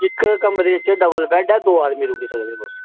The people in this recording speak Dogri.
इक कमरे च डबल बैड ऐ दो आदमी रुकी सकदे तुस